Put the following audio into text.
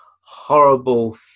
horrible